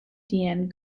deane